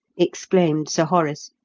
exclaimed sir horace,